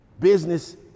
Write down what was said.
business